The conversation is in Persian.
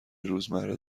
روزمره